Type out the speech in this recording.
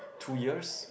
two years